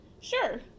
sure